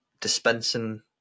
dispensing